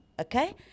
okay